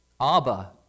Abba